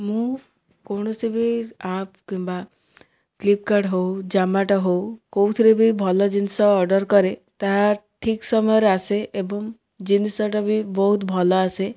ମୁଁ କୌଣସି ବି ଆପ୍ କିମ୍ବା ଫ୍ଲିପକାର୍ଟ ହେଉ ଜାମାଟୋ ହେଉ କେଉଁଥିରେ ବି ଭଲ ଜିନିଷ ଅର୍ଡ଼ର୍ କରେ ତାହା ଠିକ୍ ସମୟରେ ଆସେ ଏବଂ ଜିନିଷଟା ବି ବହୁତ ଭଲ ଆସେ